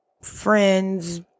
friends